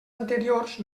anteriors